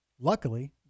luckily